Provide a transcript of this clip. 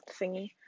thingy